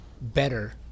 better